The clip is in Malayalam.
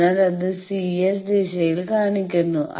അതിനാൽ അത് CS ദിശ കാണിക്കുന്നു